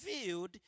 revealed